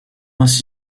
ainsi